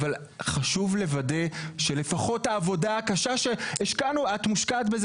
אבל חשוב לוודא שלפחות העבודה הקשה שהשקענו את מושקעת בזה,